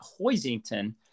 Hoisington